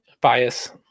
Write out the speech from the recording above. bias